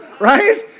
right